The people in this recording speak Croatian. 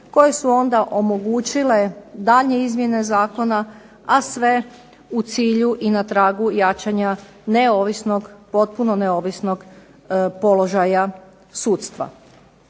koje su onda omogućile daljnje izmjene zakona, a sve u cilju i na tragu jačanja neovisnog, potpuno neovisnog položaja sudstva.